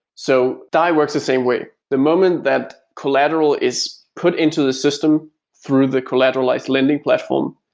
so dai works the same way. the moment that collateral is put into the system through the collateralized lending platform,